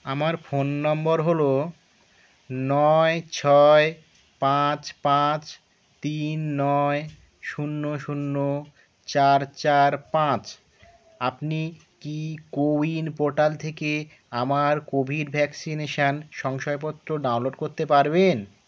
আমার ফোন নম্বর হল নয় ছয় পাঁচ পাঁচ তিন নয় শূন্য শূন্য চার চার পাঁচ আপনি কি কোউইন পোর্টাল থেকে আমার কোভিড ভ্যাক্সিনেশন শংসাপত্র ডাউনলোড করতে পারবেন